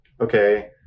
Okay